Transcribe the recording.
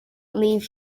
leave